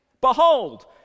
behold